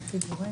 אוקיי.